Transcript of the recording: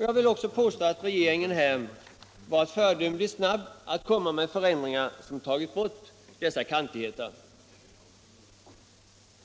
Jag vill också påstå att regeringen här varit föredömligt snabb att komma med förändringar som tagit bort dessa kantigheter.